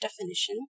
definition